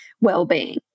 well-being